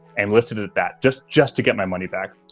and listed it at that, just just to get my money back.